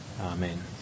Amen